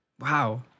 Wow